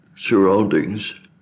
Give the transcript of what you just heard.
Surroundings